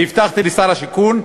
והבטחתי לשר השיכון,